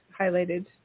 highlighted